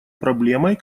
проблемой